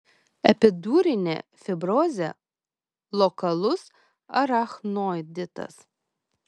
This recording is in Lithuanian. epidurinė fibrozė lokalus arachnoiditas